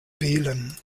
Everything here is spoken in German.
wählen